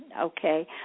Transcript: Okay